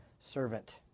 servant